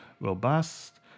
robust